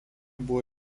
buvo